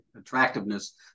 attractiveness